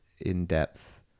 in-depth